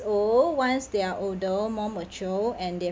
old once they are older more mature and they